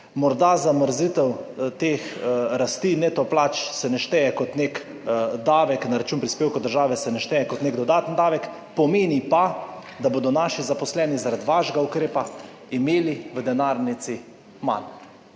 Morda se zamrznitev teh rasti neto plač ne šteje kot nek davek, na račun prispevkov države se ne šteje kot nek dodaten davek, pomeni pa, da bodo naši zaposleni zaradi vašega ukrepa imeli v denarnici manj.